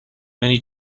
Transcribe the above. many